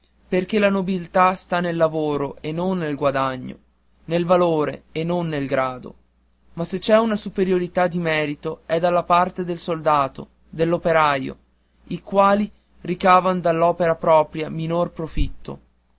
perché la nobiltà sta nel lavoro e non nel guadagno nel valore e non nel grado ma se c'è una superiorità di merito è dalla parte del soldato dell'operaio i quali ricavan dall'opera propria minor profitto